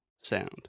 sound